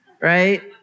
Right